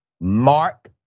Mark